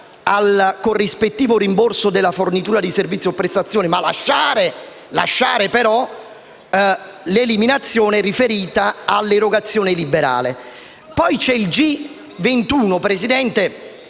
al corrispettivo o rimborso della fornitura di servizi o prestazioni, ma vorrei lasciare l'eliminazione riferita all'erogazione liberale. L'ordine